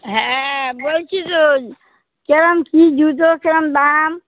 হ্যাঁ বলছি তো কিরম কী জুতো কিরম দাম